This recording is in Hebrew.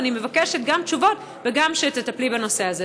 ואני מבקשת גם תשובות וגם שתטפלי בנושא הזה.